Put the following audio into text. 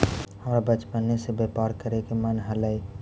हमरा बचपने से व्यापार करे के मन हलई